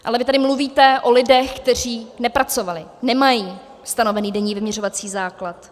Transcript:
Ale vy tady mluvíte o lidech, kteří nepracovali, nemají stanovený denní vyměřovací základ.